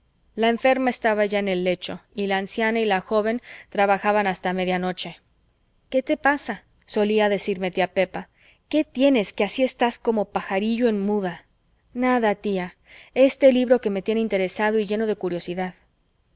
la enferma estaba ya en el lecho y la anciana y la joven trabajaban hasta media noche qué te pasa solía decirme tía pepa qué tienes que así estás como pajarillo en muda nada tía este libro que me tiene interesado y lleno de curiosidad